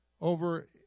over